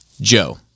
Joe